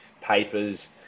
papers